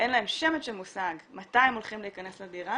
אין להם שמץ של מושג מתי הם הולכים להיכנס לדירה,